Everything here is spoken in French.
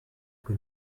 que